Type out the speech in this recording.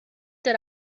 did